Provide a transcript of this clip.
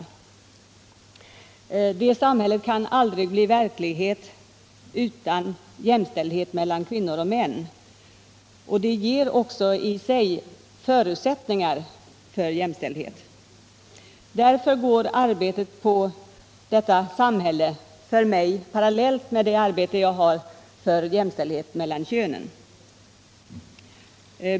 Det samhället kan aldrig bli verklighet utan jämställdhet mellan kvinnor och män, och det ger också i sig förutsättningar för jämställdhet. Därför går arbetet för detta samhälle för mig parallellt med arbetet för jämställdhet mellan kvinnor och män.